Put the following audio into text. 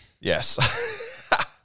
Yes